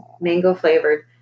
mango-flavored